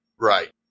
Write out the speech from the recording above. Right